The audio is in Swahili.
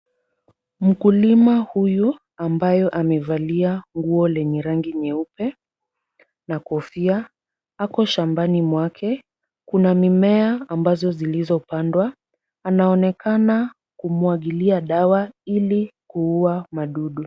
Mkulima huyu ambayo amevalia nguo lenye rangi nyeupe na kofia ako shambani mwake. Kuna mimea ambazo zilizopandwa. Anaonekana kumwagilia dawa ili kuua madudu.